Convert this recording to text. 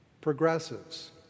progressives